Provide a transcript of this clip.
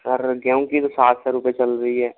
sir गेहूं की तो सात सौ रुपए चल रही है